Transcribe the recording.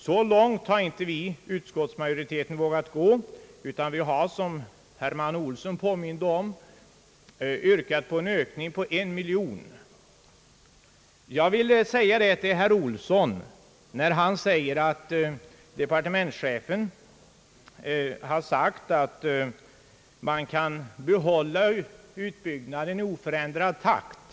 Så långt har inte utskottsmajoriteten vågat gå, utan vi har — som herr Manne Olsson påmint om — yrkat en ökning med 1 miljon kronor. Herr Olsson hänvisade till departementschefens yttrande att utbyggnaden kommer att kunna ske i oförändrad takt.